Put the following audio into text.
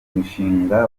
mushinga